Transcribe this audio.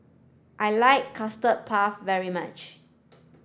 I like custard puff very much